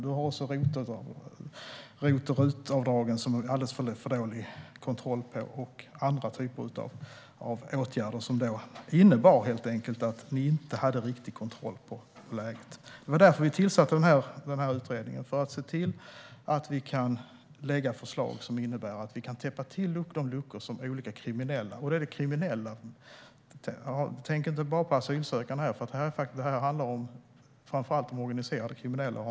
Vi har också ROT och RUT-avdragen, som det var alldeles för dålig kontroll på. Det fanns även andra typer av åtgärder som helt enkelt innebar att ni inte hade riktig kontroll på läget. Det var därför vi tillsatte utredningen. Vi vill se till att vi kan lägga fram förslag som innebär att vi kan täppa till de luckor som olika kriminella utnyttjar. Jag talar alltså om kriminella. Tänk inte bara på asylsökande här, för det här handlar framför allt om organiserade kriminella.